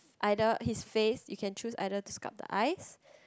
either his face you can choose either to sculp the eyes